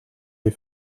les